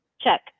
Check